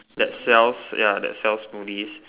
that sells ya that sells smoothies